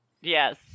Yes